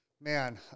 Man